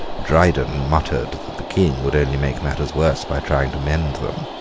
dryden muttered that the king would only make matters worse by trying to mend them,